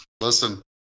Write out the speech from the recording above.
Listen